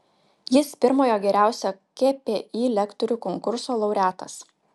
jis pirmojo geriausio kpi lektorių konkurso laureatas